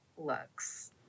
Looks